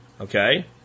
Okay